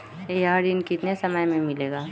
यह ऋण कितने समय मे मिलेगा?